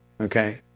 Okay